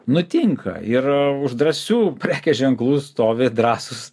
nutinka ir už drąsių prekės ženklų stovi drąsūs